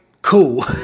Cool